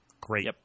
Great